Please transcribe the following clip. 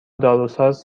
داروساز